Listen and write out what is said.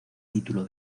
título